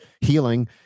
healing